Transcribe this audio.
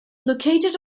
located